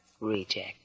reject